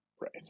Right